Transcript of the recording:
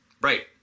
Right